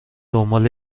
دنبال